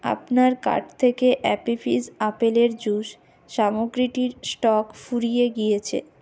আপনার কার্ট থেকে Appy Fizz আপেলের জুস সামগ্রীটির স্টক ফুরিয়ে গিয়েছে